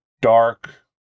dark